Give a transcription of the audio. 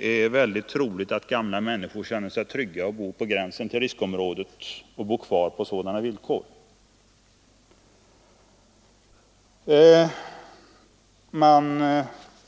Det är inte särskilt troligt att gamla människor känner sig trygga om de bor på gränsen till riskområdet och på sådana villkor. Man